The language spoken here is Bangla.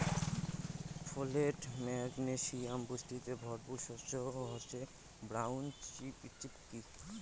ফোলেট, ম্যাগনেসিয়াম পুষ্টিতে ভরপুর শস্য হসে ব্রাউন চিকপি